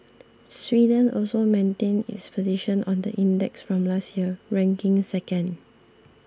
Sweden also maintained its position on the index from last year ranking second